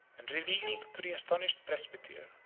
and revealed to the astonished presbyter,